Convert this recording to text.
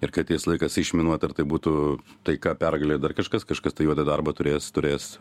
ir kai ateis laikas išminuot ar tai būtų taika pergalė dar kažkas kažkas tą juodą darbą turės turės